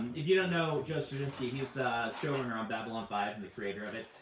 you don't know joe straczynski, he's the show runner on babylon five and the creator of it.